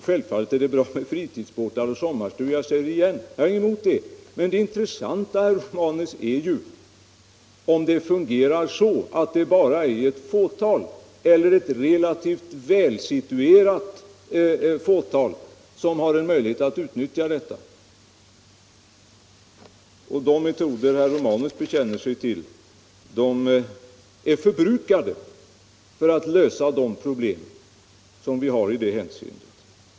Självfallet är det inte heller något fel i att ha fritidsbåtar och sommarstugor. Jag upprepar att jag inte har något emot det. Men, herr Romanus, vad diskussionen gäller är att det endast är ett relativt välsituerat fåtal som har tillgång till sådana saker. De metoder som herr Romanus rekommenderar är redan förbrukade i den meningen att de inte har kunnat lösa de problem som vi har i detta sammanhang.